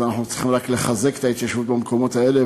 אז אנחנו רק צריכים לחזק את ההתיישבות במקומות האלה,